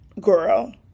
girl